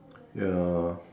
ya